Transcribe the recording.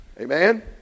Amen